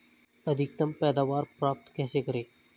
अधिकतम पैदावार प्राप्त कैसे करें?